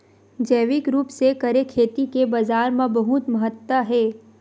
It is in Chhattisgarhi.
जैविक रूप से करे खेती के बाजार मा बहुत महत्ता हे